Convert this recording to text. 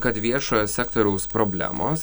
kad viešojo sektoriaus problemos